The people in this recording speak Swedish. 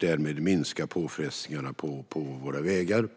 Därmed minskar man påfrestningarna på våra vägar.